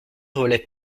relève